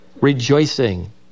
rejoicing